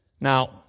Now